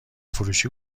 فروشی